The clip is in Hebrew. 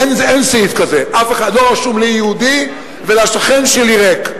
אין סעיף כזה, לא רשום לי "יהודי", ולשכן שלי ריק.